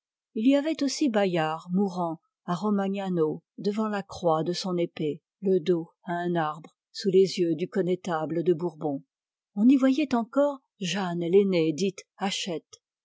il y avait aussi bayard mourant à romagnano devant la croix de son épée le dos à un arbre sous les yeux du connétable de bourbon on y voyait encore jeanne laîné dite